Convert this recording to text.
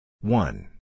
One